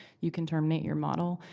you can terminate your model.